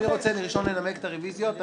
מי רוצה לנמק את הרביזיות ראשון?